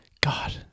God